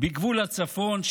ובגבול הצפון,